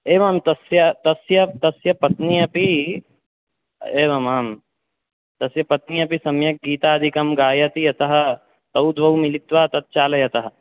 एवं तस्य तस्य तस्य पत्नी अपि एवमां तस्य पत्नी अपि सम्यक् गीतादिकं गायति अतः तौ द्वौ मिलित्वा तत् चालयतः